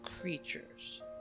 creatures